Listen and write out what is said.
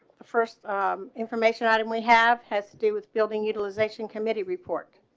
first, um information item. we have has to do with building utilization committee report